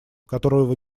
которого